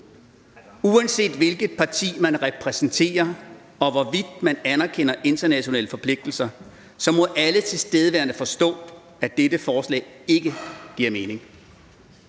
Uanset hvilket parti man repræsenterer, og hvorvidt man anerkender internationale forpligtelser, må alle tilstedeværende forstå, at dette forslag ikke giver mening.